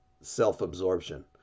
self-absorption